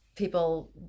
People